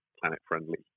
planet-friendly